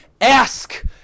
ask